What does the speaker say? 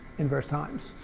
inverse times.